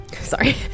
Sorry